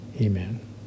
Amen